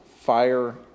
fire